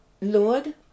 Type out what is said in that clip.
Lord